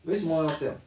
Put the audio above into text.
为什么要这样